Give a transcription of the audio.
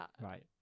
Right